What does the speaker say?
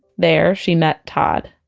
there she met todd.